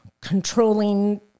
controlling